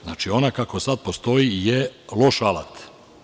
Znači, ona kako sada postoji je loš alat.